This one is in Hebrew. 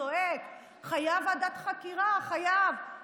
זועק: חייבים